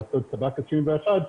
לאכוף טבק 21,